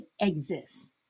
exist